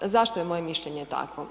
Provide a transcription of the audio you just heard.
Zašto je moje mišljenje tako?